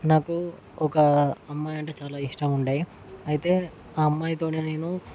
నాకు ఒక అమ్మాయి అంటే చాలా ఇష్టం ఉండే అయితే ఆ అమ్మాయితో నేను